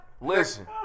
Listen